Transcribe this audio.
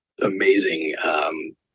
amazing